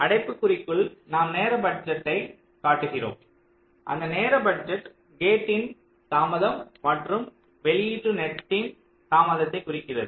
அடைப்புக்குறிக்குள் நாம் நேர பட்ஜெட்டை காட்டுகிறோம் அந்த நேர பட்ஜெட் கேட்டின் தாமதம் மற்றும் வெளியீட்டு நெட்டின் தாமதத்தைக் குறிக்கிறது